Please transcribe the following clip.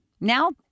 Now